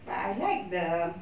but I like the